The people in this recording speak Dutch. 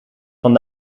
van